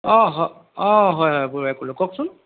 অঁ হ অঁ হয় হয় বৰুৱাই ক'লোঁ কওকচোন